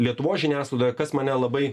lietuvos žiniasklaidoje kas mane labai